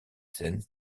scènes